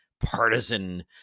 partisan